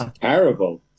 terrible